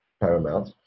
paramount